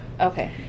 okay